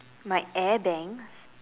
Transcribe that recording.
my air bangs